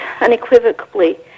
unequivocally